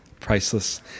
priceless